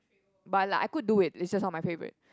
but like I could do it it's just not my favourite